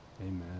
amen